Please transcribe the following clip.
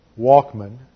Walkman